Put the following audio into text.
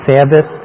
Sabbath